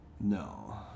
No